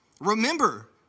Remember